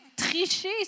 Tricher